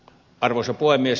arvoisa puhemies